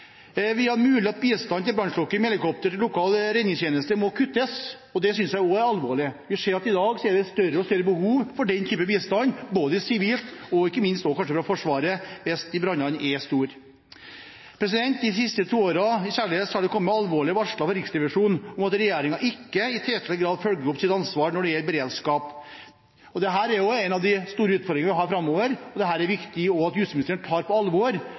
Vi ser at det i dag er et større og større behov for den typen bistand, både sivilt og kanskje også fra Forsvaret hvis brannene er store. Særlig de siste to årene har det kommet alvorlige varsler fra Riksrevisjonen om at regjeringen ikke i tilstrekkelig grad følger opp sitt ansvar når det gjelder beredskap. Dette er også en av de store utfordringene vi har framover, og det er viktig at justisministeren tar det på alvor,